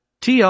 TR